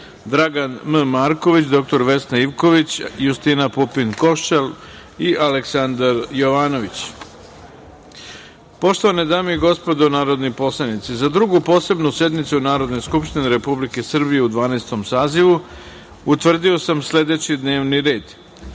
Dragan M. Marković, dr Vesna Ivković, Justina Pupin Košćal i Aleksandar Jovanović. Poštovane dame i gospodo narodi poslanici, za Drugu posebnu sednicu Narodne skupštine Republike Srbije u Dvanaestom sazivu utvrdio sam sledećiD n e